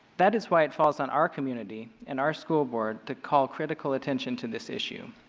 that is why it falls on our community and our school board to call critical attention to this issue.